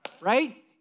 right